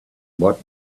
what